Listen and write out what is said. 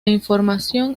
información